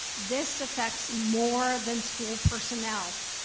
this affects more than school personnel.